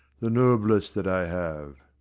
the noblest that i have.